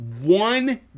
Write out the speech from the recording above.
one